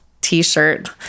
t-shirt